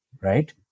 Right